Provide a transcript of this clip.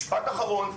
משפט אחרון.